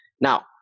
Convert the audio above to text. Now